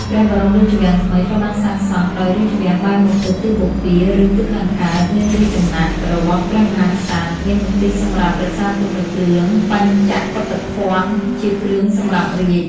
ព្រះបរមរាជវាំងថ្មីត្រូវបានសាងសង់ ដោយរាជវាំងប៊ែរមុខទៅទិសបូព៌ា (ឬ ទិសខាងកើត) មានរាជដំណាក់ របស់ព្រះមហាក្សត្រ មានមន្ទីរសម្រាប់រក្សាទុកនៅគ្រឿងបញ្ចកកុធភណ្ឌ (ជាគ្រឿងសម្រាប់រាជ)។